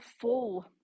full